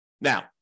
Now